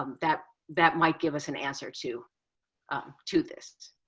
um that that might give us an answer to ah to this.